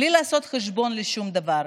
בלי לעשות חשבון לשום דבר.